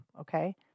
okay